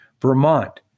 Vermont